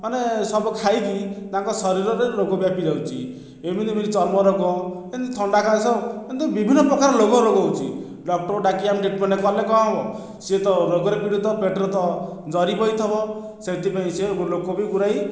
ମାନେ ସବୁ ଖାଇକି ତାଙ୍କ ଶରୀରରେ ରୋଗ ବ୍ୟାପି ଯାଉଛି ଏମିତି ବି ଚର୍ମରୋଗ ଏମିତି ଥଣ୍ଡା କାଶ ଏମିତି ବିଭିନ୍ନ ପ୍ରକାର ରୋଗ ରୋଗ ହେଉଛି ଡକ୍ଟରକୁ ଡାକି ଆମେ ଟ୍ରିଟ୍ମେଣ୍ଟ କଲେ କ'ଣ ହେବ ସିଏ ତ ରୋଗରେ ପୀଡ଼ିତ ପେଟରେ ତ ଜରି ପଶିଥିବ ସେଥିପାଇଁ ସେ ଲୋକ ବି ଗୁଡ଼ାଏ